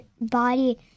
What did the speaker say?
body